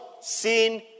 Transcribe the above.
seen